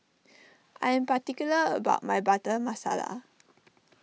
I am particular about my Butter Masala